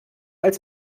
als